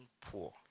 poor